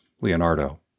Leonardo